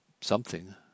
something